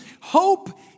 Hope